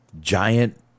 Giant